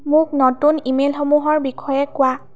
মোক নতুন ইমেইলসমূহৰ বিষয়ে কোৱা